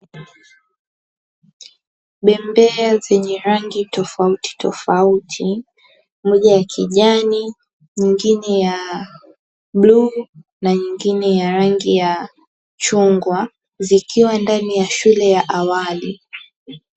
Bembea zenye rangi tofauti tofauti, moja ya kijani nyingine ya bluu na nyingine ya rangi ya chungwa zikiwa ndani ya shule ya awali.